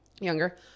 younger